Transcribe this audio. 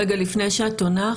לפני שאת עונה.